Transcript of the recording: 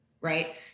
right